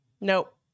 Nope